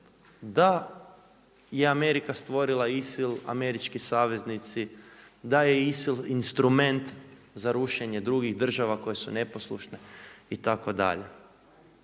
da je Amerika stvorila ISIL, američki saveznici, da je ISIL instrument za rušenje drugih država koje su neposlušne itd.